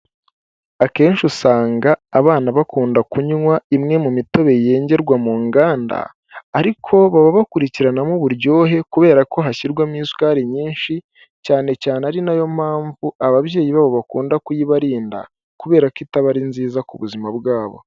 Akenshi usanga abana bakunda kunywa imwe mu mitobe yengerwa mu nganda ariko baba bakurikiranamo uburyohe kubera ko hashyirwamo isukari nyinshi cyane cyane ari nayo mpamvu ababyeyi babo bakunda kuyibarinda kubera ko itaba ari nziza ku buzima bwabo.